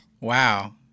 Wow